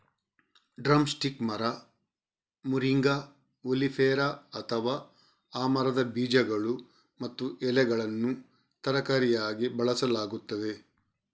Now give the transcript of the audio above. drum stick ಮರ, moringa oleifera, ಅಥವಾ ಆ ಮರದ ಬೀಜಗಳು ಮತ್ತು ಎಲೆಗಳನ್ನು ತರಕಾರಿಯಾಗಿ ಬಳಸಲಾಗುತ್ತದೆ